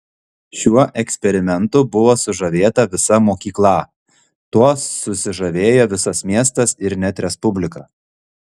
šiuo eksperimentu buvo sužavėta visa mokyklą tuo susižavėjo visas miestas ir net respublika